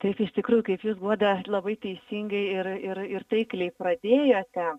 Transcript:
taip iš tikrųjų kaip jūs guoda labai teisingai ir ir ir taikliai pradėjote